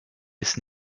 ist